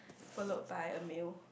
followed by a meal